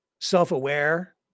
self-aware